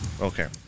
okay